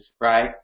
right